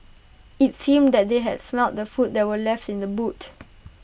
IT seemed that they had smelt the food that were left in the boot